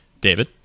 David